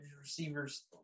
receivers